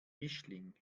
mischling